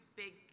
big